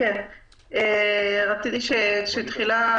אחת היא שימוש בסטודנטים והשנייה שימוש בחיילים.